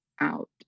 out